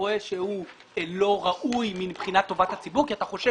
אתה רואה שהוא לא ראוי מבחינת טובת הציבור כי אתה חושש